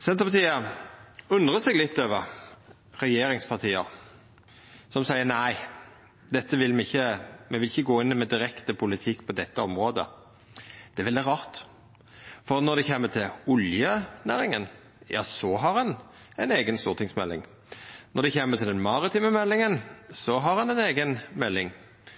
Senterpartiet undrar seg litt over regjeringspartia som seier: Nei, dette vil me ikkje. Me vil ikkje gå inn med direkte politikk på dette området. Det er veldig rart, for når det kjem til oljenæringa, ja så har ein ei eiga stortingsmelding. Når det kjem til den maritime næringa, har ein ei eiga melding.